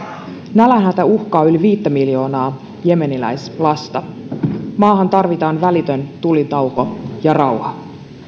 nälänhätä uhkaa yli viittä miljoonaa jemeniläislasta maahan tarvitaan välitön tulitauko ja rauha